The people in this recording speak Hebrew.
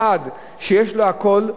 אחד שיש לו הכול,